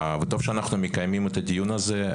טוב שאנחנו מקיימים את הדיון הזה,